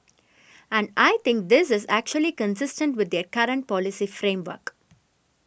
and I think this is actually consistent with their current policy framework